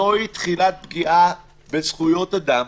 זוהי תחילת פגיעה בזכויות אדם.